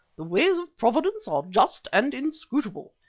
the ways of providence are just and inscrutable.